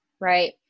right